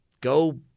Go